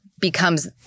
becomes